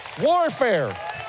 Warfare